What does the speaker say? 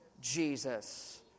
Jesus